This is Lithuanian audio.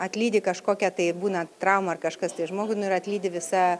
atlydi kažkokia tai būna traumų ar kažkas tai žmogui ir atlydi visa